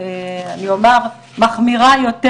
אני אומר מחמירה יותר,